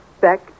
back